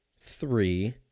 three